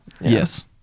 Yes